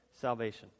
salvation